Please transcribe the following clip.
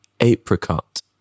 apricot